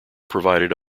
provided